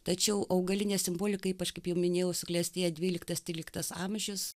tačiau augalinė simbolika ypač kaip jau minėjau suklestėjo dvyliktas tryliktas amžius